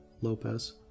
Lopez